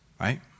right